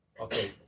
Okay